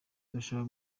turashaka